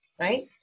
right